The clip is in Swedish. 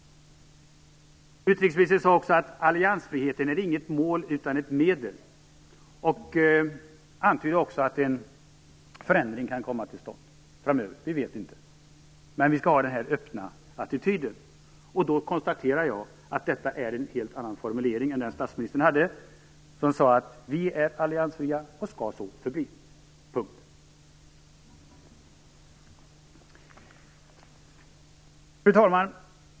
Utrikesministern sade också att alliansfriheten inte är ett mål utan ett medel och antydde att en förändring kan komma till stånd framöver. Vi vet inte, men vi skall ha en öppen attityd. Jag konstaterar att detta är en helt annan formulering än den statsministern hade. Han sade att vi är alliansfria och så skall förbli. Fru talman!